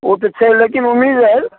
ओ तऽ छै लेकिन उम्मीद अइ